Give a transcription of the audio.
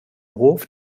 hof